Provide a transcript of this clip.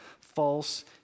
false